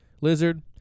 Lizard